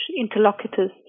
interlocutors